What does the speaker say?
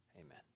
Amen